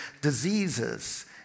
diseases